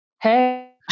Hey